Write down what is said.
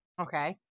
Okay